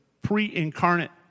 pre-incarnate